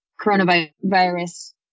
coronavirus